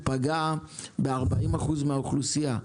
מה שפגע ב-40% מהאוכלוסייה.